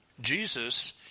Jesus